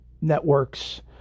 Network's